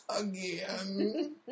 again